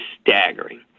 staggering